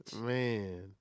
Man